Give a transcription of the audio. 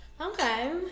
Okay